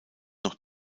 noch